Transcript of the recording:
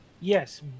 yes